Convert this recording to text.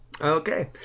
okay